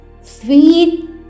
sweet